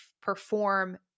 perform